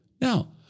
Now